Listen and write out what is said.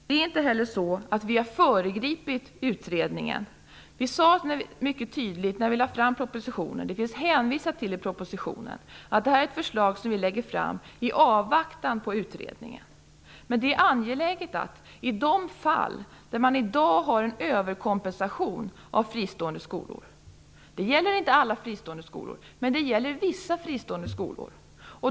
Det är inte heller så att vi har föregripit utredningen. När vi lade fram propositionen sade vi mycket tydligt, och det finns hänvisat till det i propositionen, att det här är ett förslag som vi lägger fram i avvaktan på utredningen. I en del fall har man i dag en överkompensation av fristående skolor, det gäller inte alla fristående skolor men det gäller vissa fristående skolor.